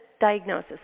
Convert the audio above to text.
diagnosis